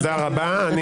תודה רבה.